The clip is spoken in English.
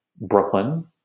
Brooklyn